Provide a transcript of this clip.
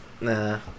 Nah